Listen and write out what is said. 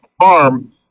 farm